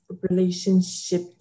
relationship